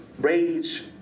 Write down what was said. rage